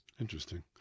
Interesting